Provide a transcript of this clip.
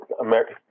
America